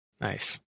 Nice